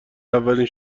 اولین